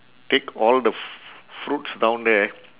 take all the fruits down there